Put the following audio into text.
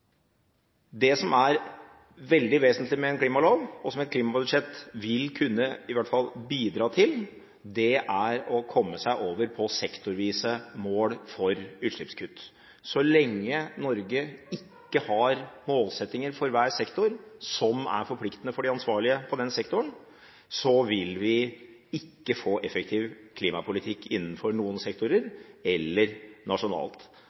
Det som er veldig vesentlig med en klimalov, og som et klimabudsjett i hvert fall vil kunne bidra til, er å komme seg over på sektorvise mål for utslippskutt. Så lenge Norge ikke har målsettinger for hver sektor som er forpliktende for de ansvarlige for den sektoren, vil vi ikke få en effektiv klimapolitikk innenfor noen sektorer – eller nasjonalt.